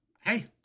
hey